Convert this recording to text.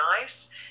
Knives